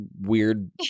weird